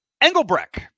Engelbrecht